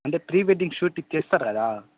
అంటే ప్రీవెడ్డింగ్ షూట్కి చేస్తారు కదా